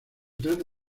trata